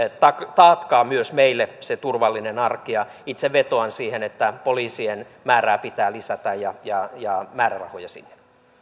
taatkaa myös meille se turvallinen arki itse vetoan siihen että poliisien määrää pitää lisätä ja ja määrärahoja sinne